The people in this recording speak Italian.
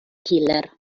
killer